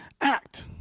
act